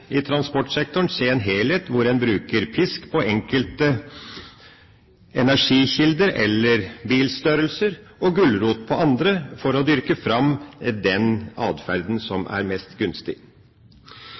i transportsektoren se en helhet, hvor en bruker pisk på enkelte energikilder eller bilstørrelser og gulrot på andre for å dyrke fram den atferden som